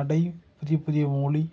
அடை புதியப் புதிய மொழி